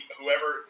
whoever